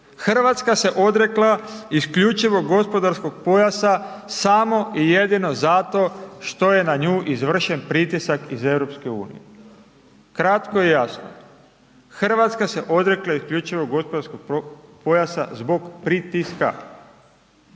Hrvatska se odrekla isključivog gospodarskog pojasa samo i jedino zato što je na nju izvršen pritisak iz EU. Kratko i jasno. Hrvatska se odrekla isključivog gospodarskog pojasa zbog pritiska,